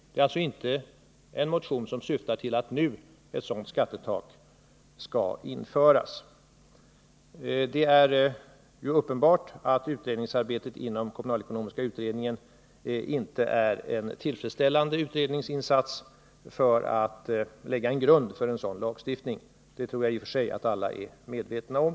Det är alltså inte en motion som syftar till att ett sådant skattetak nu skall införas. Det är uppenbart att utredningsarbetet inom kommunalekonomiska utredningen inte är en tillfredsställande utredningsinsats för att ligga till grund för en sådan lagstiftning. Det tror jag i och för sig att alla är medvetna om.